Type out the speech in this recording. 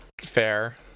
fair